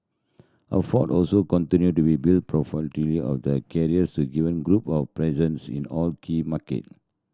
also continue to be build of the carriers to given group a presence in all key market